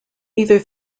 either